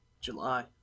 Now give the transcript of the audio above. July